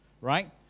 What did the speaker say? right